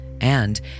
and